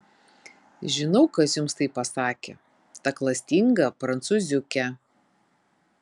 žinau kas jums tai pasakė ta klastinga prancūziuke